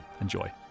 Enjoy